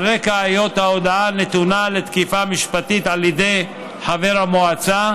ועל רקע היות ההודעה נתונה לתקיפה משפטית על ידי חבר המועצה,